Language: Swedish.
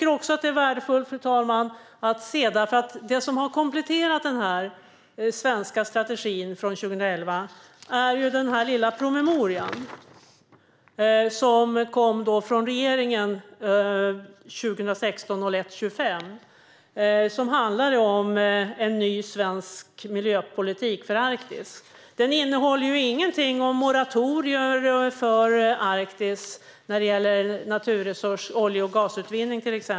Det är också värdefullt att se att det som har kompletterat den här svenska strategin från 2011 är den här lilla promemorian, som jag nu visar för kammarens ledamöter. Den kom från regeringen den 25 januari 2016 och handlar om en ny svensk miljöpolitik för Arktis. Den innehåller ingenting om moratorier för Arktis när det gäller naturresurser, till exempel olje och gasutvinning.